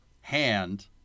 hand